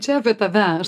čia apie tave aš